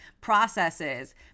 processes